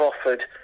offered